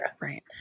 Right